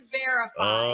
verify